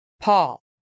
Paul